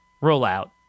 rollout